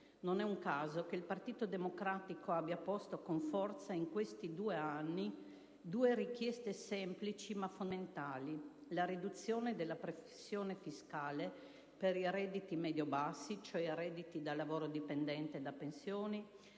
Non è un caso che il Partito Democratico abbia posto con forza in questi due anni due richieste semplici, ma fondamentali: la riduzione della pressione fiscale per i redditi medio-bassi, cioè i redditi da lavoro dipendente e da pensioni,